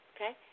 Okay